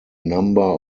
number